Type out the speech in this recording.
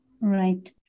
Right